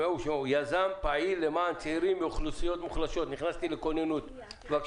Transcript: יזם ופעיל למען צעירים מאוכלוסיות מוחלשות, בבקשה.